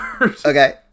Okay